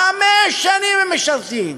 חמש שנים הם משרתים.